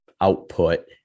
output